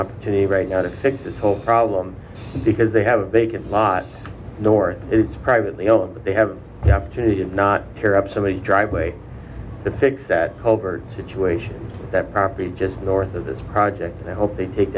opportunity right now to fix this whole problem because they have a vacant lot north it's privately owned that they have the opportunity to not tear up some of the driveway to fix that colbert situation that property just north of this project they hope they take